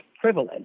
privilege